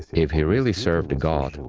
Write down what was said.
if he really served god, and